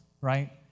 right